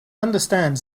understands